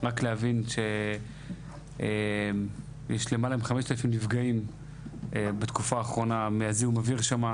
רק להבין שיש למעלה מ-5,000 נפגעים בתקופה האחרונה מזיהום האוויר שם.